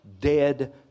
dead